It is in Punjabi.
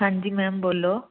ਹਾਂਜੀ ਮੈਮ ਬੋਲੋ